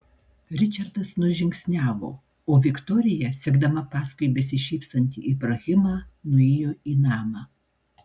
ričardas nužingsniavo o viktorija sekdama paskui besišypsantį ibrahimą nuėjo į namą